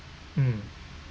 mm